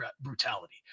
brutality